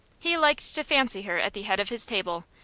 he liked to fancy her at the head of his table,